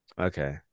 Okay